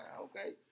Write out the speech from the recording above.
Okay